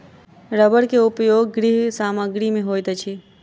रबड़ के उपयोग गृह सामग्री में होइत अछि